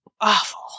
Awful